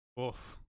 Oof